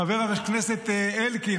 חבר הכנסת אלקין,